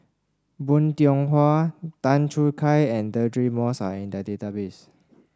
Bong Hiong Hwa Tan Choo Kai and Deirdre Moss are in the database